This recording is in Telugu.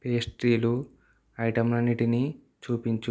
పేస్ట్రీలు ఐటెంలన్నిటినీ చూపించు